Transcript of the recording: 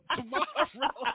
Tomorrow